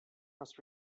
must